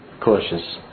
cautious